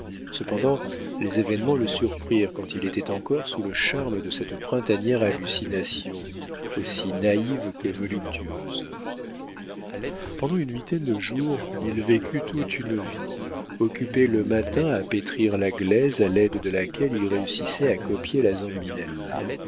cependant les événements le surprirent quand il était encore sous le charme de cette printanière hallucination aussi naïve que voluptueuse pendant une huitaine de jours il vécut toute une vie occupé le matin à pétrir la glaise à l'aide de laquelle il réussissait à copier la